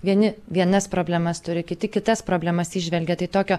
vieni vienas problemas turi kiti kitas problemas įžvelgia tai tokio